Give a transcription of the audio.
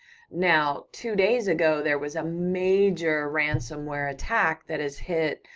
now, two days ago, there was a major ransomware attack that has hit